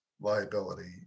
liability